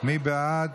מי בעד?